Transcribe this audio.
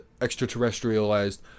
extraterrestrialized